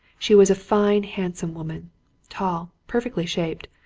she was a fine, handsome woman tall, perfectly shaped,